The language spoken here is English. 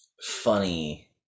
funny